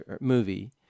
movie